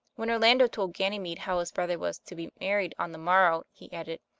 when orlando told ganymede how his brother was to be married on the morrow, he added